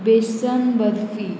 besan barfi